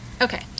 Okay